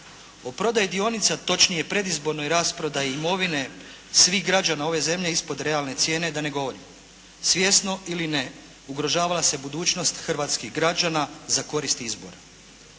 O prodaji dionica, točnije predizbornoj rasprodaji imovine svih građana ove zemlje ispod realne cijene da ne govorim. Svjesno ili ne ugrožavala se budućnost hrvatskih građana za korist izbora.